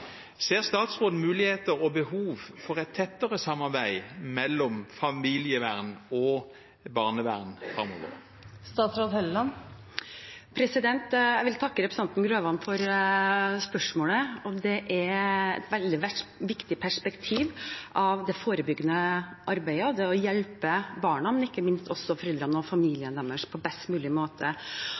Ser statsråden mulighet for og behov for et tettere samarbeid mellom familievern og barnevern framover? Jeg vil takke representanten Grøvan for spørsmålet. Det er et veldig viktig perspektiv på det forebyggende arbeidet og det å hjelpe barna, og ikke minst også foreldrene og familien deres, på best mulig måte.